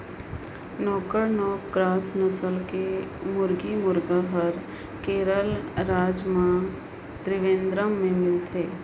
naked neck cross नसल के मुरगी, मुरगा हर केरल रायज के त्रिवेंद्रम में मिलथे